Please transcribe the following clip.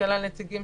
שכלל נציגים